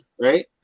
right